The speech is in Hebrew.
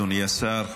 אדוני השר,